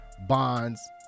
Bonds